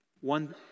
One